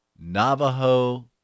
Navajo